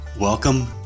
Welcome